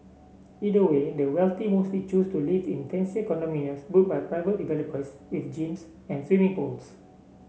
either way the wealthy mostly choose to live in fancier condominiums built by private developers with gyms and swimming pools